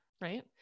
Right